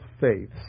faiths